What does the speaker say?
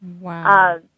Wow